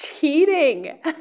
cheating